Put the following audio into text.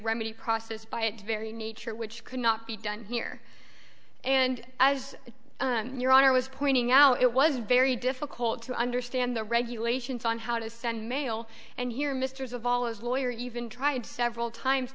remedy process by it very nature which could not be done here and as your honor was pointing out it was very difficult to understand the regulations on how to send mail and here misters of all his lawyer even tried several times